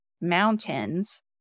mountains